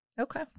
Okay